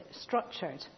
structured